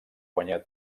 guanyat